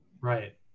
Right